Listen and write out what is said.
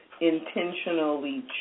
intentionally